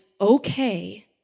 okay